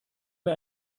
mir